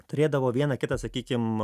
turėdavo vieną kitą sakykim